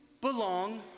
belong